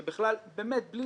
באמת בלי